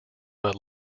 but